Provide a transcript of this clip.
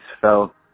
felt